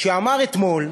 שאמר אתמול,